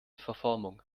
verformung